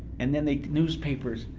and then the newspapers,